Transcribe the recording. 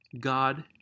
god